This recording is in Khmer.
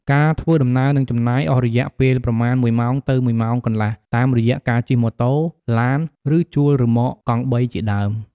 ការធ្វើដំណើរនឹងចំណាយអស់រយះពេលប្រមាណ ១ ម៉ោង ទៅ ១ ម៉ោងកន្លះតាមរយះកាជិះម៉ូតូ ឡាន ឬជួលរ៉ឺម៉កកង់បីជាដើម ។